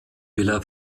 villa